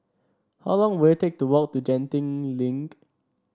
how long will it take to walk to Genting Link